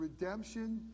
redemption